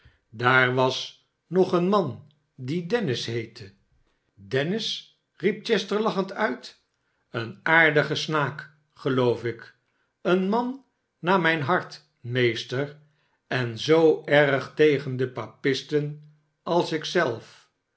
daar was nog een man die dennis heette sdennis riep chester lachend uit seen aardige snaak geloof ik seen man naar mijn hart meester en zoo erg tegen de papisten als ik zelf